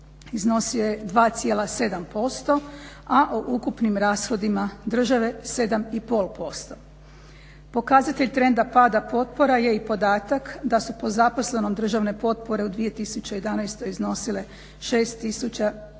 iznosio je 2,7% a u ukupnim rashodima države 7,5%. Pokazatelj trenda pada potpora je i podatak da su po zaposlenom državne potpore u 2011.iznosile 6